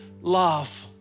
love